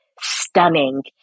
stunning